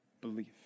belief